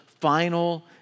final